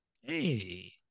Hey